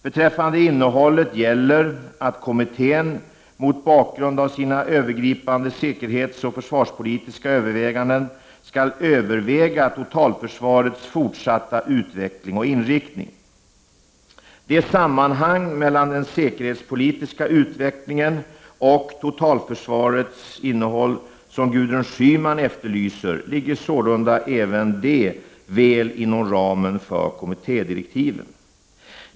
Beträffande innehållet gäller att kommittén mot bakgrund av sina övergripande säkerhetsoch försvarspolitiska överväganden skall överväga totalförsvarets fortsatta utveckling och inriktning. Det sammanhang mellan den säkerhetspolitiska utvecklingen och totalförsvarets innehåll som Gudrun Schyman efterlyser ligger sålunda även det väl inom ramen för kommittédirektiven.